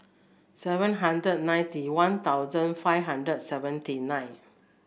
seven hundred ninety One Thousand five hundred seventy nine